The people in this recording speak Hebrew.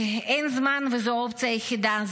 אין זמן, וזאת האופציה היחידה.